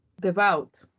devout